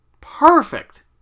perfect